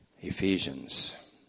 Ephesians